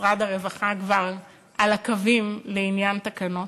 משרד הרווחה כבר על הקווים לעניין תקנות.